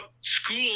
school